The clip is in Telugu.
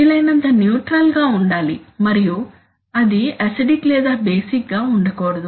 వీలైనంత న్యూట్రల్ గా ఉండాలి మరియు అది అసిడిక్ లేదా బేసిక్ గా ఉండకూడదు